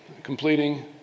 Completing